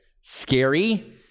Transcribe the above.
scary